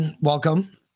welcome